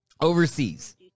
overseas